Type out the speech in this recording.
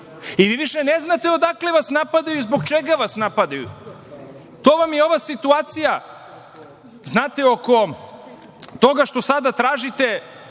I vi više ne znate odakle vas napadaju i zbog čega vas napadaju. To vam je ova situacija, znate, oko toga što sada tražite